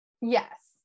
yes